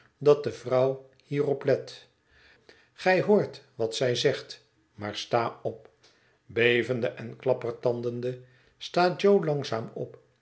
dat de vrouw hierop let gij hoort wat zij zegt maar sta op bevende en klappertandende staat jo langzaam op